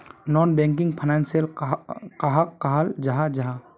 Non banking financial कहाक कहाल जाहा जाहा?